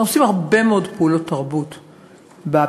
אנחנו עושים הרבה מאוד פעולות תרבות בפריפריה.